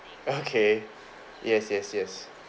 okay yes yes yes